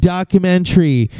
Documentary